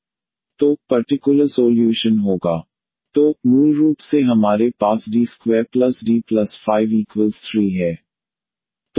1D3 D2 D1ex 14x2ex तो मूल रूप से हमारे पास D2D5y3 है